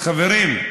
חברים,